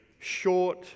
short